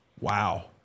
Wow